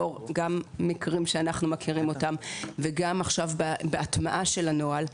לאור מקרים שאנחנו מכירים וגם עכשיו בהטמעה של הנוהל,